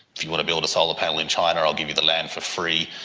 if you want to build a solar panel in china, i'll give you the land for free,